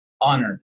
honored